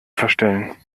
verstellen